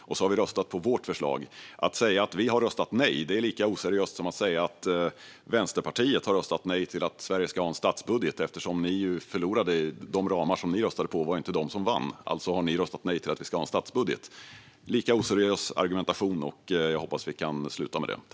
Och då har vi röstat på vårt förslag. Att säga att vi har röstat nej är lika oseriöst som att säga att Vänsterpartiet har röstat nej till att Sverige ska ha en statsbudget, Tony Haddou. Det var inte de ramar som ni röstade på som vann, och alltså har ni röstat nej till att vi ska ha en statsbudget. Det är en lika oseriös argumentation. Jag hoppas att vi kan sluta med det.